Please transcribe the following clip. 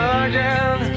again